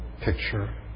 picture